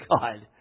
God